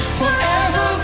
forever